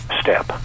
step